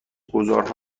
گذار